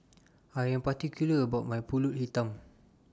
I Am particular about My Pulut Hitam